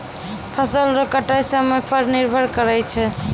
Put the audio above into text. फसल रो कटाय समय पर निर्भर करै छै